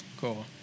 Cool